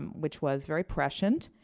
um which was very prescient,